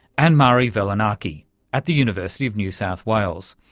and mari velonaki at the university of new south wales.